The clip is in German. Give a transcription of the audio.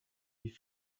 die